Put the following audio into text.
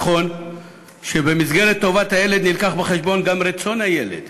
נכון שבמסגרת טובת הילד נלקח בחשבון גם רצון הילד.